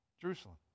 Jerusalem